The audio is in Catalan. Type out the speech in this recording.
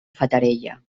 fatarella